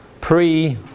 pre